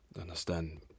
Understand